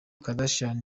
kardashian